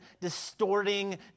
distorting